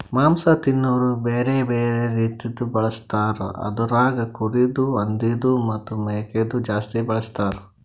ಮಾಂಸ ತಿನೋರು ಬ್ಯಾರೆ ಬ್ಯಾರೆ ರೀತಿದು ಬಳಸ್ತಾರ್ ಅದುರಾಗ್ ಕುರಿದು, ಹಂದಿದು ಮತ್ತ್ ಮೇಕೆದು ಜಾಸ್ತಿ ಬಳಸ್ತಾರ್